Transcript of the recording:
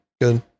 good